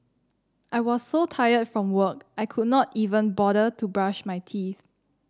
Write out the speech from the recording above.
I was so tired from work I could not even bother to brush my teeth